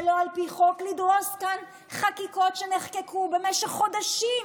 שלא על פי חוק לדרוס כאן חקיקות שנחקקו במשך חודשים